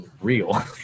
real